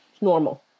normal